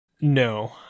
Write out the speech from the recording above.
No